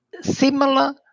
Similar